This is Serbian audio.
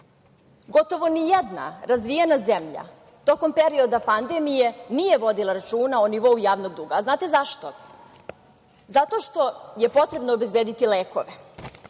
Gotovo nijedna razvijena zemlja tokom perioda pandemije nije vodila računa o nivou javnog duga. A znate zašto? Zato što je potrebno obezbediti lekove,